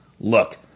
Look